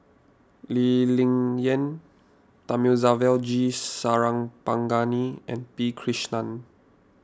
Lee Ling Yen Thamizhavel G Sarangapani and P Krishnan